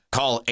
Call